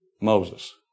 Moses